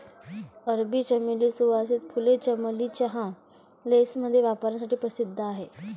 अरबी चमेली, सुवासिक फुले, चमेली चहा, लेसमध्ये वापरण्यासाठी प्रसिद्ध आहेत